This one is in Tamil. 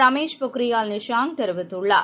ரமேஷ் பொக்ரியால் நிஷாங் தெரிவித்துள்ளார்